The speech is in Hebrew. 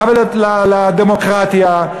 עוול לדמוקרטיה,